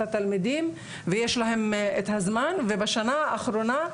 התלמידים ויש להם את הזמן ובשנה האחרונה,